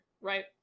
Right